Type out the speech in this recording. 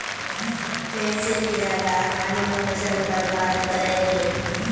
फेर स कीरा ला आलूर फसल बर्बाद करे दिले